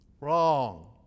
Wrong